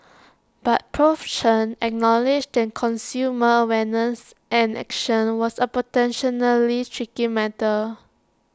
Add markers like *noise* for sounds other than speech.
but Prof Chen acknowledged that consumer awareness and action was A *unintelligible* tricky matter